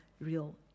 real